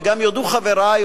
וגם יודו חברי,